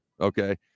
Okay